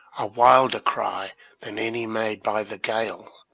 a wilder cry than any made by the gale.